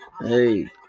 Hey